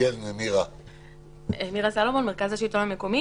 אני מירה סלומון ממרכז השלטון המקומי.